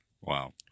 Wow